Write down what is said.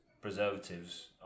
preservatives